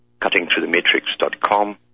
CuttingThroughTheMatrix.com